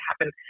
happen